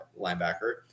linebacker